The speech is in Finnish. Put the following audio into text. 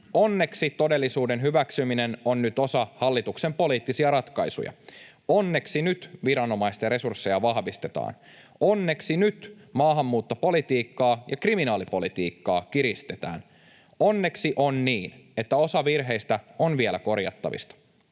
Onneksi todellisuuden hyväksyminen on nyt osa hallituksen poliittisia ratkaisuja. Onneksi nyt viranomaisten resursseja vahvistetaan. Onneksi nyt maahanmuuttopolitiikkaa ja kriminaalipolitiikkaa kiristetään. Onneksi on niin, että osa virheistä on vielä korjattavissa.